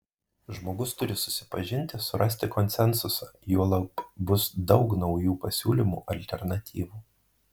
žmogus turi susipažinti surasti konsensusą juolab bus daug naujų pasiūlymų alternatyvų